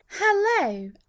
Hello